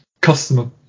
customer